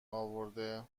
اورده